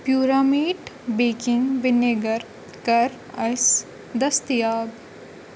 پیوٗرامیٹ baking vinegar کر آسہِ دٔستِیاب